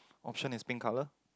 option is pink color